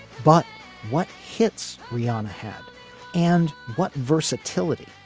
but what hits riana head and what versatility?